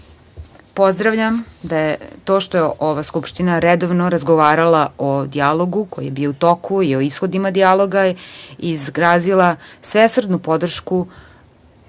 budućnost. Pozdravljam to što je ova Skupština redovno razgovarala o dijalogu koji je bio u toku i o ishodima dijaloga izrazila svesrdnu podršku